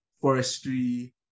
forestry